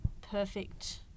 perfect